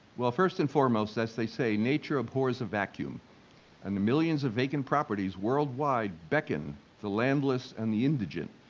well first and foremost, as they say, nature abhors a vacuum and the millions of vacant properties worldwide beckon the landless and the indigent,